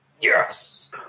Yes